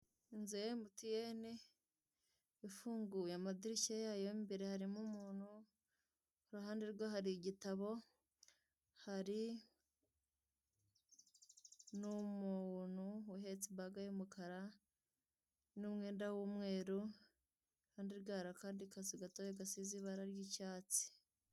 Inzu ya Emutiyeni, ifunguye amadurishya yayo y'imbere, haromo umunu, iruhande rwe hari igitabo, hari n'umunu uhetse ibaga y'umukara n'umwenda w'umweru, iruhande rwe hari akandi kazu gatoya gasize ibara ry'icyatsi.